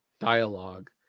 dialogue